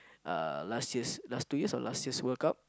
uh last year's last two year's or last year's World Cup